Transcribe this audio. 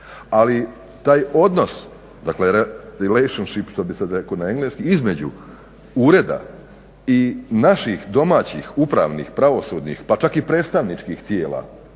ali taj odnos releations što bih sad rekao na engleski između ureda i naših domaćih upravnih, pravosudnih pa čak i predstavničkih tijela